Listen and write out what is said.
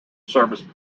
service